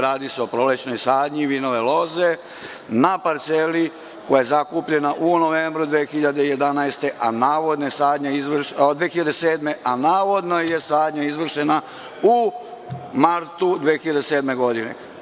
Radi se o prolećnoj sadnji vinove loze na parceli koja je zakupljena u novembru 2007. godine, a navodno je sadnja izvršena u martu 2007. godine.